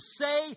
say